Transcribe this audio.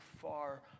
far